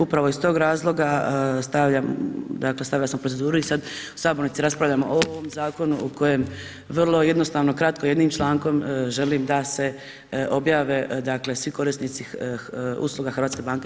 Upravo iz tog razloga stavljam, dakle stavila sam u proceduru i sad u sabornici raspravljamo o ovom zakonu o kojem vrlo jednostavno, kratko jednim člankom želim da se objave dakle svi korisnici usluga HBOR-a.